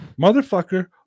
motherfucker